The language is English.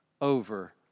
over